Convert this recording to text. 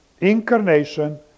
incarnation